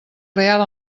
real